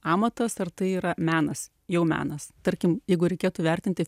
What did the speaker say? amatas ar tai yra menas jau menas tarkim jeigu reikėtų vertinti